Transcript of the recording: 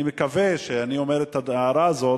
אני מקווה שאני אומר את ההערה הזאת,